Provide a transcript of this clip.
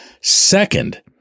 Second